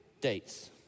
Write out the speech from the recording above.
dates